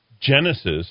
genesis